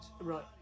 Right